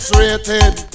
rated